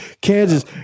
Kansas